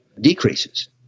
decreases